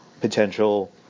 potential